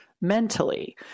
mentally